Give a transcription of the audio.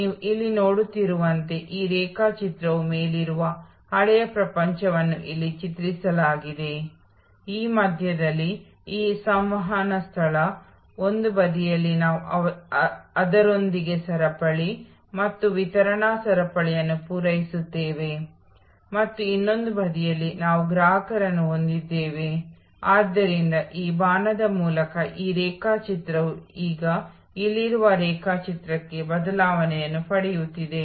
ನೀವು ಗಮನಿಸಬೇಕಾದ ಪ್ರಮುಖ ಅಂಶವೆಂದರೆ ಇದು ಕೊನೆಯ ಅಧಿವೇಶನದ ಮುಂದುವರಿಕೆಯಾಗಿ ಬರುತ್ತಿದೆ ಗ್ರಾಹಕರು ಈಗ ಸ್ವೀಕರಿಸುವ ಕಡೆಯಲ್ಲಿ ಮಾತ್ರವಲ್ಲ ಗ್ರಾಹಕರು ಸಹ ಸೃಷ್ಟಿಯ ಕಡೆಯಲ್ಲಿದ್ದಾರೆ